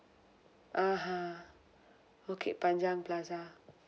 (uh huh) bukit panjang plaza